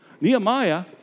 Nehemiah